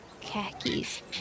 Khakis